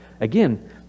again